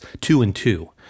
two-and-two